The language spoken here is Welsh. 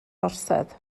orsedd